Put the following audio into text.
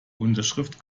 unterschrift